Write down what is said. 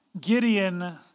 Gideon